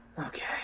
Okay